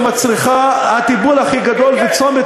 שמצריכה את הטיפול הכי גדול ואת תשומת